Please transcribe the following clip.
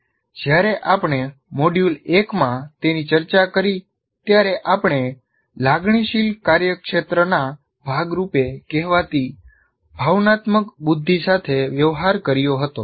જ્યારે આપણે મોડ્યુલ 1 માં તેની ચર્ચા કરી ત્યારે આપણે લાગણીશીલ કાર્યક્ષેત્રના ભાગ રૂપે કહેવાતી ભાવનાત્મક બુદ્ધિ સાથે વ્યવહાર કર્યો હતો